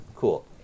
Cool